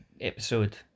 episode